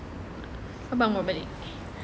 abang buat balik